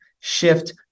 shift